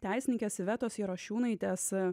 teisininkės ivetos jarašiūnaitės